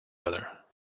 other